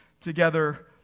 Together